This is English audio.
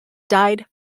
died